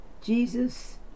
Jesus